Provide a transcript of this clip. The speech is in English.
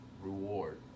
reward